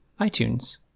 itunes